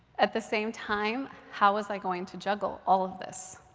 at the same time, how was i going to juggle all of this?